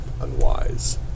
unwise